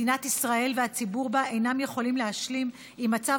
מדינת ישראל והציבור בה אינם יכולים להשלים עם מצב